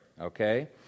okay